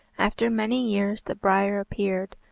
after many years the briar appeared,